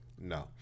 No